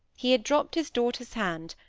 he had dropped his daughter's hand,